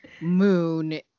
moon